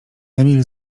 emil